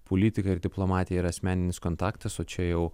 politika ir diplomatija yra asmeninis kontaktas o čia jau